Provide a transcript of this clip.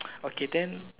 okay then